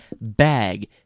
bag